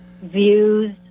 views